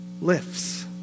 lifts